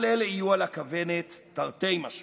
כל אלה יהיו על הכוונת תרתי משמע.